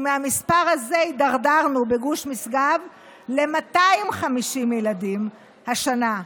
ומהמספר הזה הידרדרנו בגוש משגב ל-250 ילדים השנה,